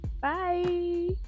bye